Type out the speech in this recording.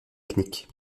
technique